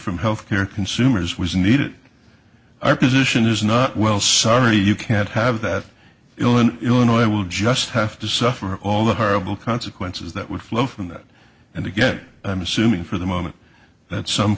from health care consumers was needed our position is not well sorry you can't have that illinois illinois will just have to suffer all the horrible consequences that would flow from that and again i'm assuming for the moment that some